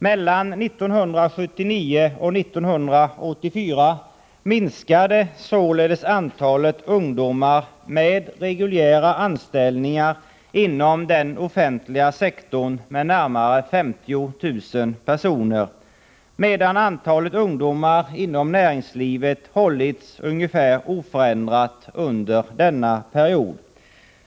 Mellan 1979 och 1984 minskade antalet ungdomar med reguljära anställningar inom den offentliga sektorn med närmare 50 000 personer, medan antalet ungdomar inom näringslivet har varit ungefär oförändrat under denna period.